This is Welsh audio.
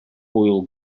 hwyl